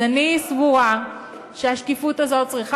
אז אני סבורה שהשקיפות הזאת צריכה